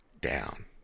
down